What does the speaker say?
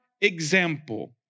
example